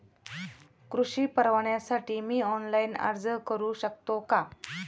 कृषी परवान्यासाठी मी ऑनलाइन अर्ज करू शकतो का?